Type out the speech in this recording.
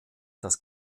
das